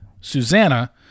Susanna